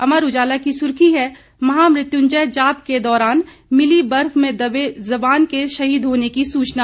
अमर उजाला की सुर्खी है महामृत्युंजय जाप के दौरान मिली बर्फ में दबे जवान के शहीद होने की सूचना